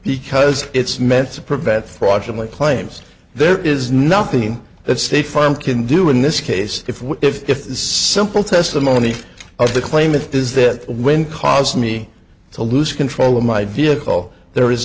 because it's meant to prevent fraudulent claims there is nothing that state farm can do in this case if this simple testimony of the claimant is that when caused me to lose control of my vehicle there is